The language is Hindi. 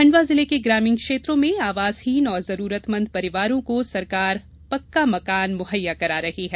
खण्डवा जिले के ग्रामीण क्षेत्रों में आवासहीन और जरूरतमंद परिवारों को सरकार पक्का मकान मुहैया करा रही है